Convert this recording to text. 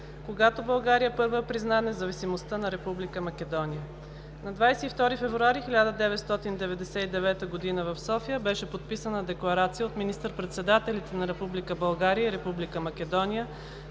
когато България първа призна независимостта на Република Македония. На 22 февруари 1999 г. в София беше подписана декларация от министър-председателите на Република България